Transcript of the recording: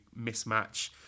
mismatch